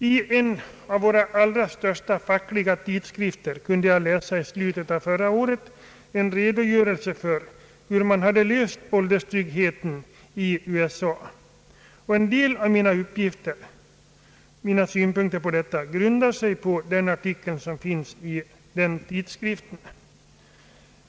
I en av våra allra största fackliga tidskrifter kunde jag i slutet av förra året läsa en redogörelse för hur man hade löst ålderstryggheten i USA. En del av mina synpunkter på detta område grundar sig på den artikeln.